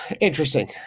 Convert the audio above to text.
interesting